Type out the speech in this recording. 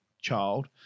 Child